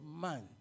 man